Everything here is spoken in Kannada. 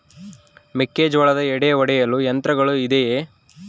ಮೆಕ್ಕೆಜೋಳದ ಎಡೆ ಒಡೆಯಲು ಯಂತ್ರಗಳು ಇದೆಯೆ?